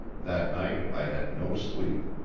that night i had no sleep.